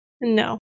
No